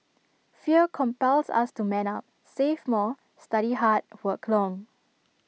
fear compels us to man up save more study hard work long